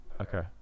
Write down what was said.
okay